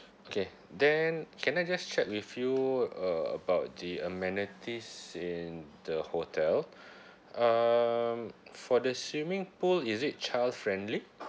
okay then can I just check with you about the amenities in the hotel um for the swimming pool is it child friendly